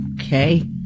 okay